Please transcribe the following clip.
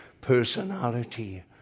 personality